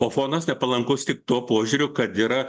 o fonas nepalankus tik tuo požiūriu kad yra